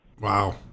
Wow